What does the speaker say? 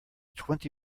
twenty